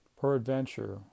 peradventure